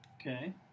Okay